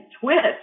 twist